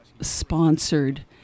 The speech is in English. sponsored